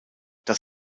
das